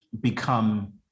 become